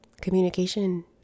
Communication